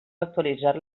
actualitzar